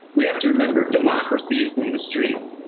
we have to remember democracy is in the streets.